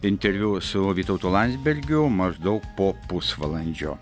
interviu su vytautu landsbergiu maždaug po pusvalandžio